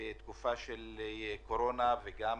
אין